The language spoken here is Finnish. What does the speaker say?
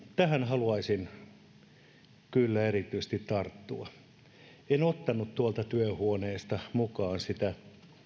tähän haluaisin kyllä erityisesti tarttua en ottanut tuolta työhuoneesta mukaan sitä